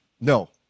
no